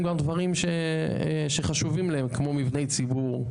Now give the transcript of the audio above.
גם דברים שחשובים להם כמו מבני ציבור,